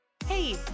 Hey